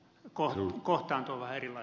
arvoisa puhemies